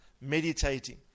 meditating